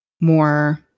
more